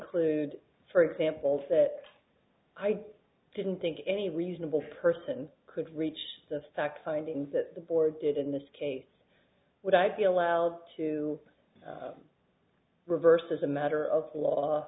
conclude for example that i didn't think any reasonable person could reach the fact findings that the board did in this case would i be allowed to reverse as a matter of law